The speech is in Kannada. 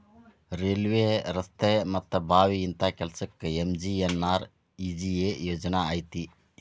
ಕಾಲ್ವೆ, ರಸ್ತೆ ಮತ್ತ ಬಾವಿ ಇಂತ ಕೆಲ್ಸಕ್ಕ ಎಂ.ಜಿ.ಎನ್.ಆರ್.ಇ.ಜಿ.ಎ ಯೋಜನಾ ಐತಿ